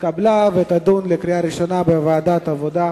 התקבלה ותועבר לדיון לקראת קריאה ראשונה בוועדת העבודה,